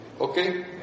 Okay